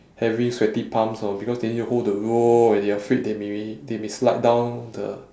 having sweaty palms or because they need to hold the rope and they are afraid they maybe they may slide down the